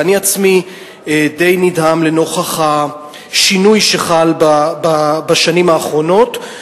ואני עצמי די נדהם לנוכח השינוי שחל בשנים האחרונות.